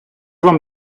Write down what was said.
вам